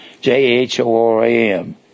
J-H-O-R-A-M